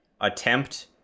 attempt